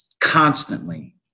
constantly